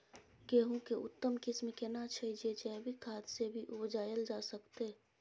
गेहूं के उत्तम किस्म केना छैय जे जैविक खाद से भी उपजायल जा सकते?